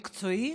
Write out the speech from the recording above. מקצועי,